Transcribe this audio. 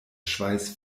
schweiß